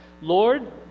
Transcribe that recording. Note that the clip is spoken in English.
Lord